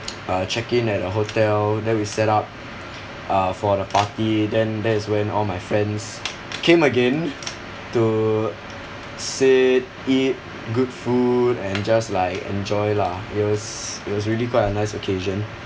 uh check in at a hotel then we set up uh for the party then that's when all my friends came again to sit eat good food and just like enjoy lah it was it was really quite a nice occasion